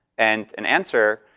and an answer.